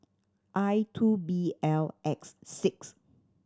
I two B L X six